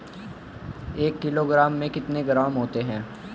एक किलोग्राम में कितने ग्राम होते हैं?